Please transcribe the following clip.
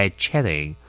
chatting